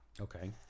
Okay